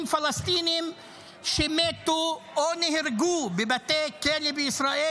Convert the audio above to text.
פלסטינים שמתו או נהרגו בבתי כלא בישראל,